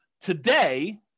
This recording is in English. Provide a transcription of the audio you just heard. Today